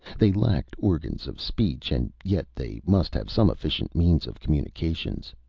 they lacked organs of speech, and yet they must have some efficient means of communications.